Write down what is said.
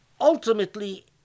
ultimately